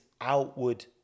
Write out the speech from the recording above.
outward